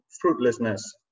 fruitlessness